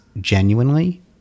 genuinely